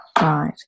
Right